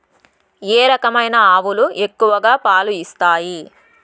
ఏ రకమైన ఆవులు ఎక్కువగా పాలు ఇస్తాయి?